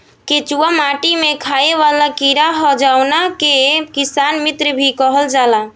केचुआ माटी में खाएं वाला कीड़ा ह जावना के किसान मित्र भी कहल जाला